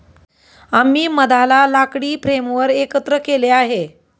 आम्ही मधाला लाकडी फ्रेमवर एकत्र केले आहे